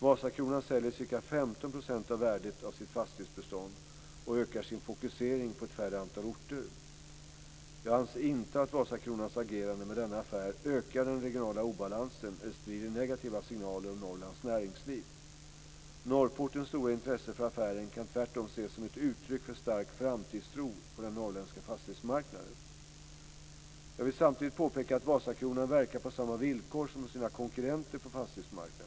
Vasakronan säljer ca 15 % av värdet av sitt fastighetsbestånd och ökar sin fokusering på ett mindre antal orter. Jag anser inte att Vasakronans agerande med denna affär ökar den regionala obalansen eller sprider negativa signaler om Norrlands näringsliv. Norrportens stora intresse för affären kan tvärtom ses som ett uttryck för stark framtidstro på den norrländska fastighetsmarknaden. Jag vill samtidigt påpeka att Vasakronan verkar på samma villkor som sina konkurrenter på fastighetsmarknaden.